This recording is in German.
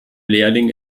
lehrling